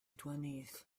twentieth